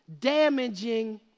damaging